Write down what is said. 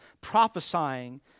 prophesying